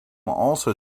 also